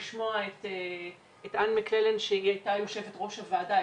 את אן מק'לארן שהייתה יושבת-ראש הוועדה,